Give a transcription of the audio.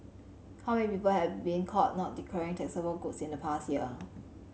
how many people have been caught not declaring taxable goods in the past year